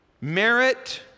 merit